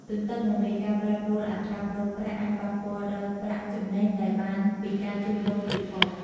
ទទ្ទឹមនឹងនេះការប្រែប្រួលអត្រាប្តូរប្រាក់អាចប៉ះពាល់ដល់ប្រាក់ចំណេញដែលបានពីការជូញដូរទៀតផង។